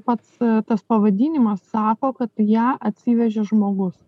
pats tas pavadinimas sako kad ją atsivežė žmogus